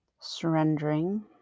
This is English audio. Surrendering